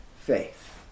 faith